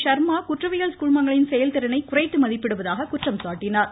ஷா்மா குற்றவியல் குழுமங்களின் செயல்திறனை குறைத்து மதிப்பிடுவதாக குற்றம் சாட்டினார்